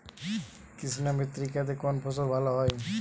কৃষ্ণ মৃত্তিকা তে কোন ফসল ভালো হয়?